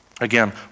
Again